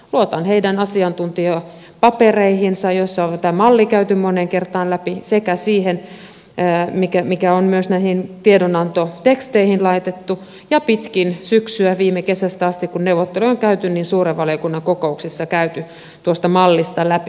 luotan heidän asiantuntijapapereihinsa joissa on tämä malli käyty moneen kertaan läpi sekä siihen mikä on myös näihin tiedonantoteksteihin laitettu ja pitkin syksyä viime kesästä asti kun neuvotteluja on käyty suuren valiokunnan kokouksissa käyty tuosta mallista läpi